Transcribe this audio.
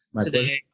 today